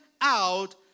out